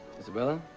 isabella?